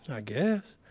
i guess.